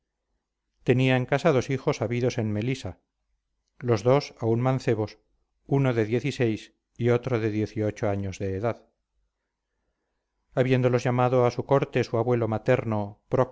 tenía en casa dos hijos habidos en melisa los dos aun mancebos uno de y otro de años de edad habiéndolos llamado a su corte su abuelo materno